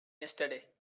yesterday